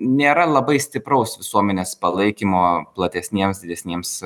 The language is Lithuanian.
nėra labai stipraus visuomenės palaikymo platesniems didesniems